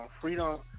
freedom